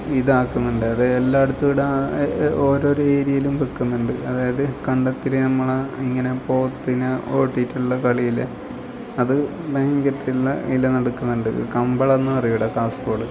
ഇതാക്കുന്നുണ്ട് അത് എല്ലായിടത്തും ഇവിടെ ഓരോരു ഏരിയയിലും വയ്ക്കുന്നുണ്ട് അതായത് കണ്ടത്തിൽ നമ്മൾ ആ ഇങ്ങനെ പോത്തിനെ ഓടിച്ചിട്ടുള്ള കളിയിൽ അത് ഭയങ്കരം ആയിട്ടുള്ള ഇതിൽ നടക്കുന്നുണ്ട് കമ്പളം എന്നു പറയും ഇവിടെ കാസർഗോഡ്